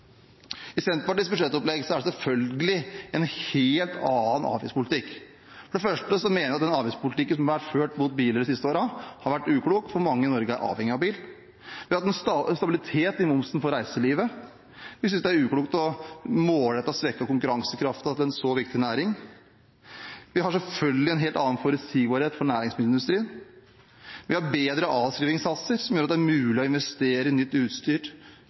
I Senterpartiets budsjettopplegg er det selvfølgelig en helt annen avgiftspolitikk. For det første mener vi at den avgiftspolitikken som har vært ført mot biler de seneste årene, har vært uklok, for mange i Norge er avhengig av bil. Vi har lagt opp til en stabilitet i momsen for reiselivet. Vi synes det er uklokt målrettet å svekke konkurransekraften til en så viktig næring. Vi har selvfølgelig en helt annen forutsigbarhet for næringsmiddelindustrien. Vi har bedre avskrivingssatser, som gjør at det er mulig å investere i nytt utstyr